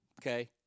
Okay